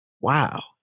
Wow